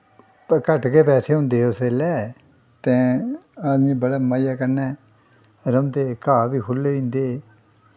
घट्ट गै पैसे होंदे हे उसलै ते आदमी बड़ै मजे कन्नै रौंह्दे हे घाऽ बी खु'ल्ले होंदे हे